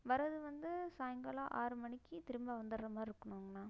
வரது வந்து சாயகாலம் ஆறு மணிக்கு திரும்ப வந்துடற மாதிரி இருக்குணுங்ண்ணா